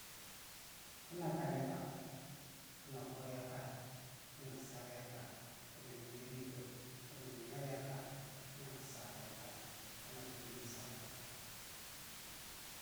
Finna kalika finna kuryaka finna saryaka finna nyer yekeh finna nyuryaka finna satanka finna nyinegarka.